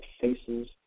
faces